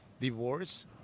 divorce